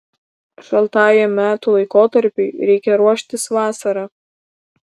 šaltajam metų laikotarpiui reikia ruoštis vasarą